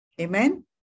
Amen